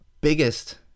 biggest